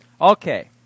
Okay